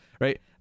right